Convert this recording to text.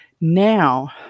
Now